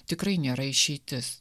tikrai nėra išeitis